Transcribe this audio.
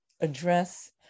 address